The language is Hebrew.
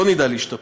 לא נדע להשתפר.